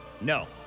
no